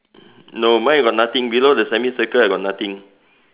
no mine got nothing below the semicircle I got nothing